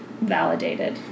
validated